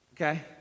okay